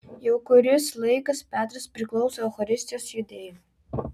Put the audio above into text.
jau kuris laikas petras priklauso eucharistijos judėjimui